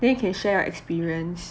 then you can share your experience